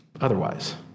otherwise